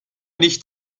nicht